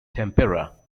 tempera